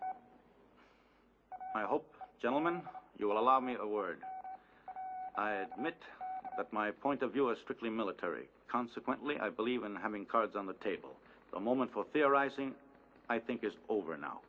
i hope gentlemen you will allow me a word mitt but my point of view is strictly military consequently i believe in having cards on the table a moment for theorizing i think is over now